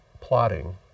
plotting